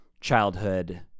childhood